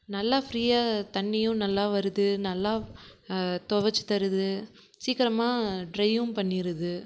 நல்லா ஃப்ரீயாக தண்ணியும் நல்லா வருது நல்லா துவச்சி தருது சீக்கிரமாக ட்ரையும் பண்ணிடுது